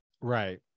Right